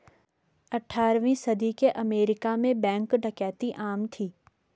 अठारहवीं सदी के अमेरिका में बैंक डकैती आम थी